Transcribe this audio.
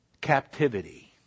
captivity